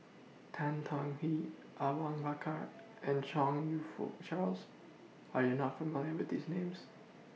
Tan Tong Hye Awang Bakar and Chong YOU Fook Charles Are YOU not familiar with These Names